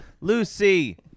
Lucy